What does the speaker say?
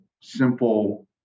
simple